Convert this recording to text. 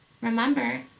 Remember